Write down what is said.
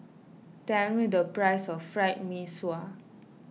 tell me the price of Fried Mee Sua